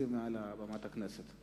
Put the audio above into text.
חפצים מעל בימת הכנסת.